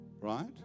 Right